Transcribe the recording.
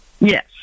Yes